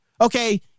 Okay